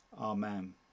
Amen